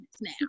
now